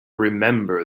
remember